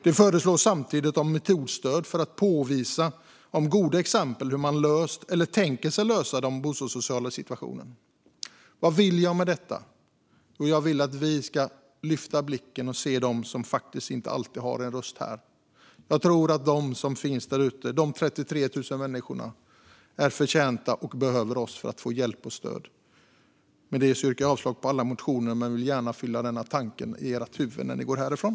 Det föreslås samtidigt metodstöd för att visa goda exempel på hur man har löst eller tänker sig att lösa den bostadssociala situationen. Vad vill jag med detta? Jag vill att vi ska lyfta blicken och se dem som faktiskt inte alltid har en röst här. De 33 000 människor som jag talade om, som finns där ute, behöver oss för att få hjälp och stöd och är förtjänta av det. Jag yrkar avslag på alla motioner och vill gärna fylla era huvuden med denna tanke när ni går härifrån.